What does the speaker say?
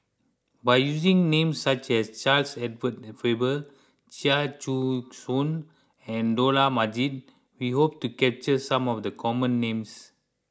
by using names such as Charles Edward Faber Chia Choo Suan and Dollah Majid we hope to capture some of the common names